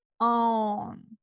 on